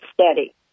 steady